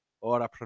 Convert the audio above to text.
ora